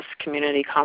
community